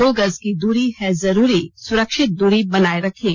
दो गज की दूरी है जरूरी सुरक्षित दूरी बनाए रखें